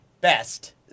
Best